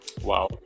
Wow